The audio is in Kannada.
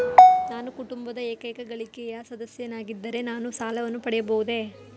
ನಾನು ಕುಟುಂಬದ ಏಕೈಕ ಗಳಿಕೆಯ ಸದಸ್ಯನಾಗಿದ್ದರೆ ನಾನು ಸಾಲವನ್ನು ಪಡೆಯಬಹುದೇ?